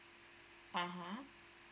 (uh huh)